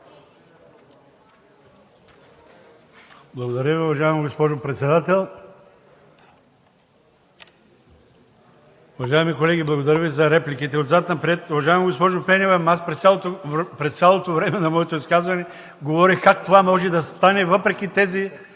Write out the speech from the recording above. Благодаря Ви, уважаема госпожо Председател. Уважаеми колеги, благодаря Ви за репликите. Отзад напред. Уважаема госпожо Пенева, аз през цялото време на моето изказване говорих как това може да стане, въпреки тези